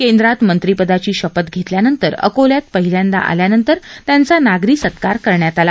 केंद्रात मंत्री पदाची शपथ घेतल्यानंतर अकोल्यात पहिल्यांदा आल्यानंतर त्यांचा नागरी सत्कार करणात आला